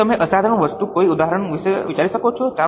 શું તમે અસાધારણ વસ્તુના કોઈ ઉદાહરણ વિશે વિચારી શકો છો